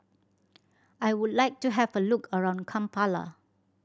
I would like to have a look around Kampala